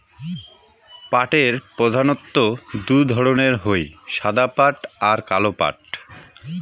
পাটের প্রধানত্ব দু ধরণের হই সাদা পাট আর কালো পাট